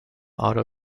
auto